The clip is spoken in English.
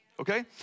okay